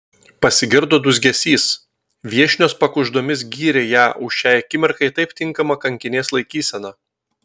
pasigirdo dūzgesys viešnios pakuždomis gyrė ją už šiai akimirkai taip tinkamą kankinės laikyseną